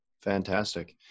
Fantastic